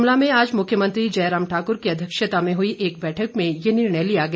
शिमला में आज मुख्यमंत्री जयराम ठाकुर की अध्यक्षता में हुई एक बैठक में ये निर्णय लिया गया